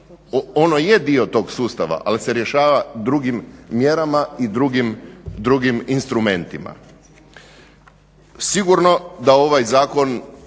ono je dio tog sustava, ali se rješava drugim mjerama i drugim instrumentima. Sigurno da ovaj zakon